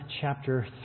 chapter